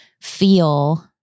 feel